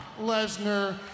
Lesnar